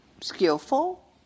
skillful